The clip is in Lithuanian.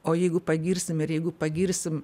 o jeigu pagirsim ir jeigu pagirsim